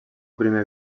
primer